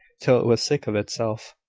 till it was sick of itself,